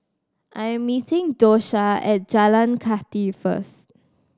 I am meeting Dosha at Jalan Kathi first